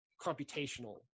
computational